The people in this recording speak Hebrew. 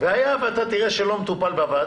פיתוח זנים ויכולת לתת מענה למטופלים.